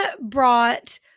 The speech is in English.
brought